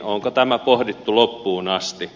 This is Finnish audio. onko tämä pohdittu loppuun asti